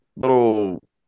little